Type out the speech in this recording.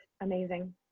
Amazing